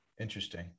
interesting